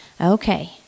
Okay